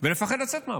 ולפחד לצאת מהבית.